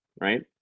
right